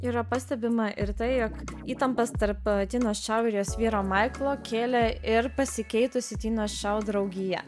yra pastebima ir tai jog įtampas tarp tinos čiau ir jos vyro maiklo kėlė ir pasikeitusi tinos čiau draugija